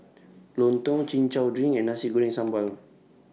Lontong Chin Chow Drink and Nasi Goreng Sambal